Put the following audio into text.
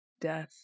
Death